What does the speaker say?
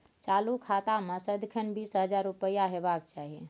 चालु खाता मे सदिखन बीस हजार रुपैया हेबाक चाही